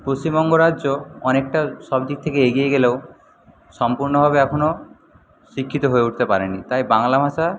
পশ্চিমবঙ্গ রাজ্য অনেকটা সব দিক থেকে এগিয়ে গেলেও সম্পূর্ণভাবে এখনও শিক্ষিত হয়ে উঠতে পারেনি তাই বাংলা ভাষা